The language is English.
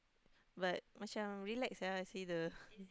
but macam relax sia I see the